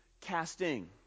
casting